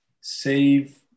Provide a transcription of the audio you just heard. save